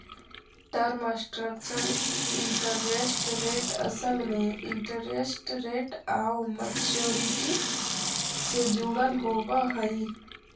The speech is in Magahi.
टर्म स्ट्रक्चर इंटरेस्ट रेट असल में इंटरेस्ट रेट आउ मैच्योरिटी से जुड़ल होवऽ हई